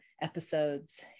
episodes